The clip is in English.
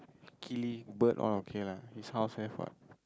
kili bird all okay lah his house have what